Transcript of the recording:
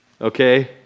Okay